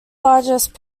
largest